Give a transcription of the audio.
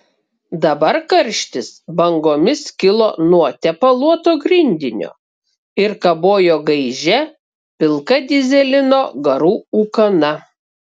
dabar karštis bangomis kilo nuo tepaluoto grindinio ir kabojo gaižia pilka dyzelino garų ūkana